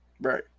Right